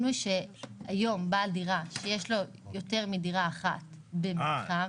שהיום בעל דירה, שיש לו יותר מדירה אחת במתחם.